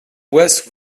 west